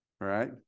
right